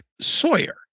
Sawyer